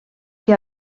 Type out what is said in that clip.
que